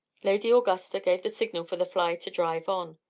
lady augusta gave the signal for the fly to drive on.